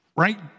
Right